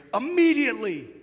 Immediately